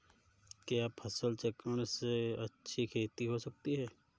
क्या फसल चक्रण से अच्छी खेती हो सकती है?